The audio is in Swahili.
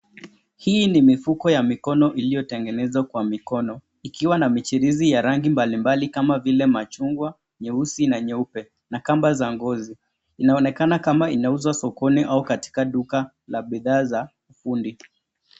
Hii ni mifuko ya mikono iliyotengenezwa kwa mikono ikiwa na michirizi ya rangi mbalimbali kama vile machungwa, nyeusi na nyeupe na kamba za ngozi. Inaonekana kama inauzwa sokoni au katika duka la bidhaa za ufundi.